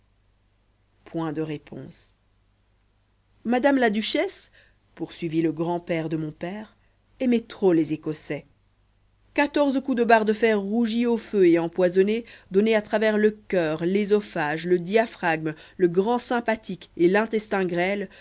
point de réponse madame la duchesse poursuivit le grand-père de mon père aimait trop les écossais quatorze coups de barre de fer rougie au feu et empoisonnée donnés à travers le coeur l'oesophage le diaphragme le grand sympathique et intestin grêle